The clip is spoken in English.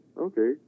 okay